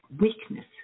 weakness